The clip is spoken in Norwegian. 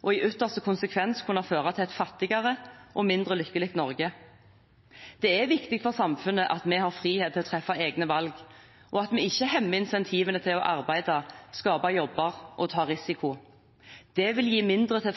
og i ytterste konsekvens kunne føre til et fattigere og mindre lykkelig Norge. Det er viktig for samfunnet at vi har frihet til å treffe egne valg, og at vi ikke hemmer insentivene til å arbeide, skape jobber og ta